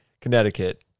Connecticut